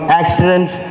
accidents